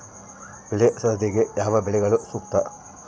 ಬೆಳೆ ಸರದಿಗೆ ಯಾವ ಬೆಳೆಗಳು ಸೂಕ್ತ?